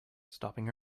stopping